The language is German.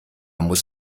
muss